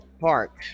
Park